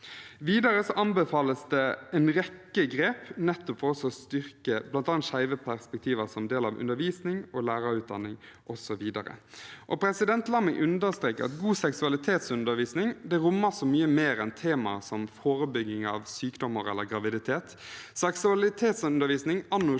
Videre anbefales det en rekke grep, for nettopp å styrke bl.a. skeive perspektiver som del av undervisning og lærerutdanning osv. La meg understreke at god seksualitetsundervisning rommer så mye mer enn temaer som forebygging av sykdommer eller graviditet. Seksualitetsundervisning anno